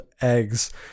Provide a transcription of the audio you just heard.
eggs